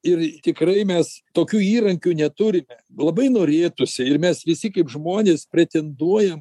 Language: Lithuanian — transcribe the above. ir tikrai mes tokių įrankių neturime labai norėtųsi ir mes visi kaip žmonės pretenduojam